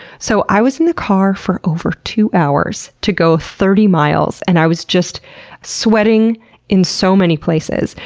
so i was in the car for over two hours to go thirty miles and i was just sweating in so many places.